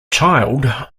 child